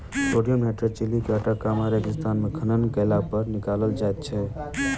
sodium nitrate Chile के Atacama रेगिस्तान मे खनन कयलापर निकालल जाइत छै